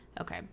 okay